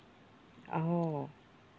oh